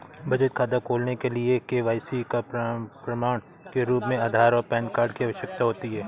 बचत खाता खोलने के लिए के.वाई.सी के प्रमाण के रूप में आधार और पैन कार्ड की आवश्यकता होती है